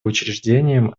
учреждением